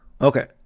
Okay